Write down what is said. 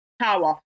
power